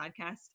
podcast